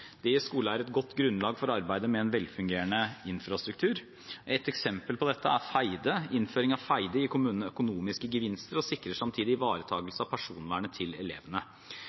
Det gir skoleeiere et godt grunnlag for arbeidet med en velfungerende infrastruktur. Et eksempel på dette er Feide. Innføring av Feide gir kommunene økonomiske gevinster og sikrer samtidig ivaretagelse av personvernet til elevene.